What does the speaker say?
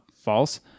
false